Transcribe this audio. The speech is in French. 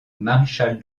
maréchal